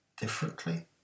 differently